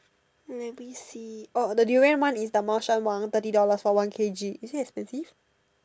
let me see orh the durian one is the 猫山王 thirty dollars for one k_g is it expensive